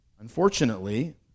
Unfortunately